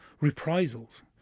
reprisals